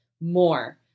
more